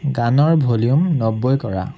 গানৰ ভলিউম নব্বৈ কৰা